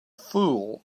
fool